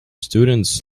students